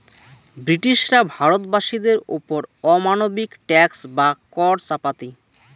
ব্রিটিশরা ভারত বাসীদের ওপর অমানবিক ট্যাক্স বা কর চাপাতি